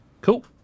Cool